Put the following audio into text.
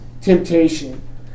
temptation